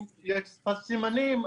אם יש שפת סימנים,